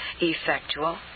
effectual